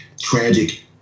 tragic